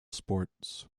sports